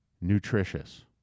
nutritious